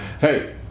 hey